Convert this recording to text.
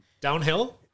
Downhill